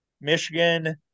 Michigan